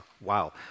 wow